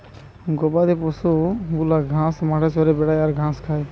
গবাদি পশু গুলা ঘাস মাঠে চরে বেড়ায় আর ঘাস খায়